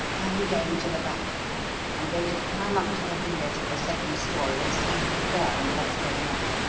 i'm going to the back i'm going to climb up to the windows of the second storey and see who's there and what's going on,